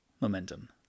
momentum